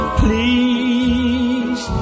please